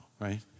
right